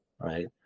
right